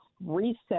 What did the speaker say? reset